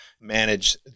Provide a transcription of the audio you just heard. manage